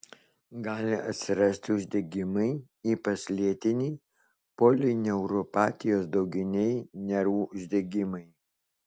gali atsirasti uždegimai ypač lėtiniai polineuropatijos dauginiai nervų uždegimai